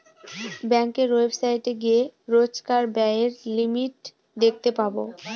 ব্যাঙ্কের ওয়েবসাইটে গিয়ে রোজকার ব্যায়ের লিমিট দেখতে পাবো